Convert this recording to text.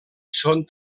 són